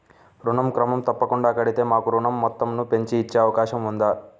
ఋణం క్రమం తప్పకుండా కడితే మాకు ఋణం మొత్తంను పెంచి ఇచ్చే అవకాశం ఉందా?